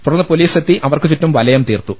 തുടർന്ന് പൊലീസ് എത്തി അവർക്കു ചുറ്റും വലയം തീർത്തു